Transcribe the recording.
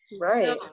Right